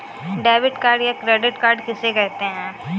Debit या credit card किसे कहते हैं?